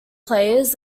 players